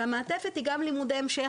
והמעטפת היא גם לימודי המשך,